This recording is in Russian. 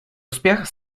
успех